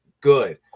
Good